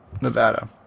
Nevada